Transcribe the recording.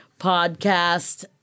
podcast